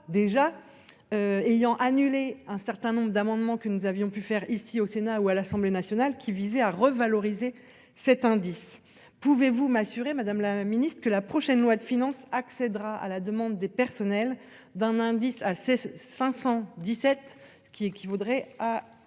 déjà. Ayant annulé un certain nombre d'amendements que nous avions pu faire ici au Sénat ou à l'Assemblée nationale qui visait à revaloriser cet indice. Pouvez-vous m'assurer Madame la Ministre que la prochaine loi de finances accédera à la demande des personnels d'un indice à 517 ce qui équivaudrait à